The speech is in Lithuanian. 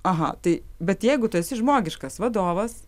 aha tai bet jeigu tu esi žmogiškas vadovas